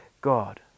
God